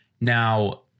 Now